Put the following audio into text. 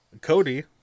Cody